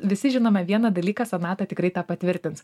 visi žinome vieną dalyką sonata tikrai tą patvirtins